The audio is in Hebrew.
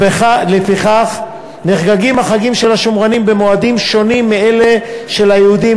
לפיכך נחגגים החגים של השומרונים במועדים שונים מאלה של היהודים,